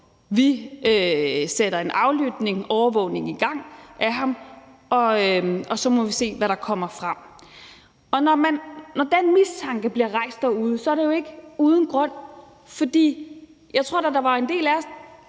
Vi sætter en aflytning og overvågning af ham i gang, og så må vi se, hvad der kommer frem. Når den mistanke bliver rejst derude, så er det jo ikke uden grund, for jeg tror da, der var en del af os,